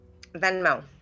Venmo